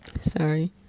sorry